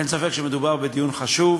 אין ספק שמדובר בדיון חשוב,